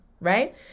right